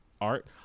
art